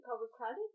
Overcrowded